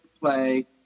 Play